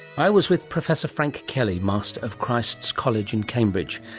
i was with professor frank kelly, master of christ's college and cambridge.